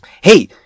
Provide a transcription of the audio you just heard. hey